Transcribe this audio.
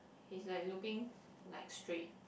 he's like looking like straight